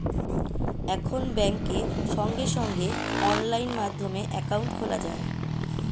এখন ব্যাংকে সঙ্গে সঙ্গে অনলাইন মাধ্যমে অ্যাকাউন্ট খোলা যায়